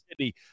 City